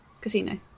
casino